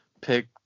pick